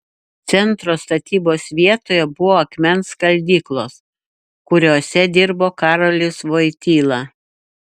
centro statybos vietoje buvo akmens skaldyklos kuriose dirbo karolis vojtyla